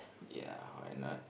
ya why not